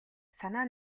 санаа